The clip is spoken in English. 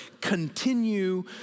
continue